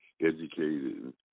educated